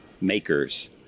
makers